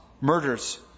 murders